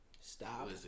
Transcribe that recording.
stop